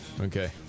Okay